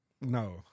No